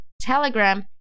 Telegram